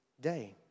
day